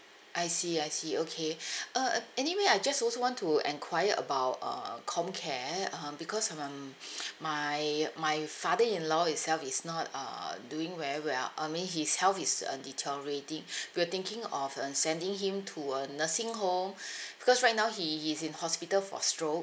I see I see okay uh anyway I just also want to enquire about uh COM care um because I'm um my my father in law itself is not uh doing very well I mean his health is uh deteriorating we're thinking of um sending him to a nursing home because right now he is in hospital for strokes